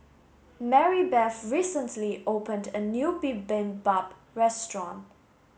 Marybeth recently opened a new Bibimbap restaurant